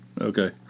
Okay